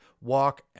walk